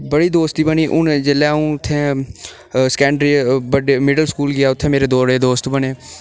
बड़ी दोस्ती बनी हू'न जेल्लै अं'ऊ उत्थै सैकंडरी बड्डे मिडिल स्कूल गेआ उत्थै मेरे थोह्ड़े दोस्त बने